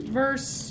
verse